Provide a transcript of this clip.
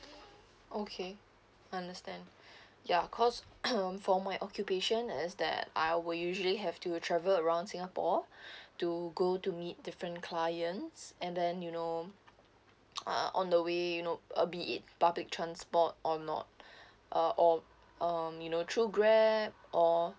okay understand ya because um for my occupation is that I will usually have to travel around singapore to go to meet different clients and then you know uh on the way you know I'll be in public transport or not uh or um you know through Grab or